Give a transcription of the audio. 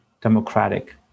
democratic